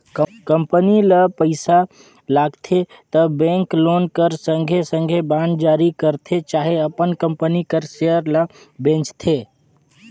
company ल पइसा लागथे त बेंक लोन कर संघे संघे बांड जारी करथे चहे अपन कंपनी कर सेयर ल बेंचथे